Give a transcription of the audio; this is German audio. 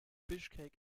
bischkek